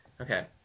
Okay